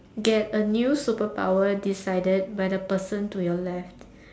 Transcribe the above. get a new superpower decided by the person to your left